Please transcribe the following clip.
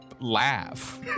laugh